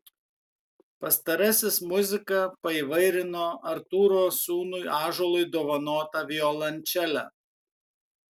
pastarasis muziką paįvairino artūro sūnui ąžuolui dovanota violončele